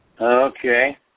okay